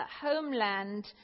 homeland